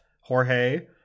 Jorge